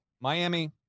Miami